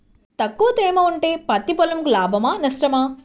తక్కువ తేమ ఉంటే పత్తి పొలంకు లాభమా? నష్టమా?